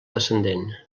descendent